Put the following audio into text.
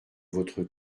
votre